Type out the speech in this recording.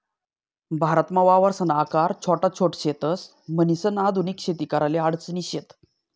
भारतमा वावरसना आकार छोटा छोट शेतस, म्हणीसन आधुनिक शेती कराले अडचणी शेत